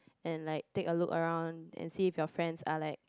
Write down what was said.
and like take a look around and see if your friends are like